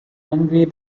angry